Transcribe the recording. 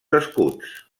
escuts